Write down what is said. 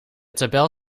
tabel